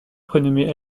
prénommée